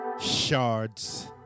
Shards